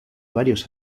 varios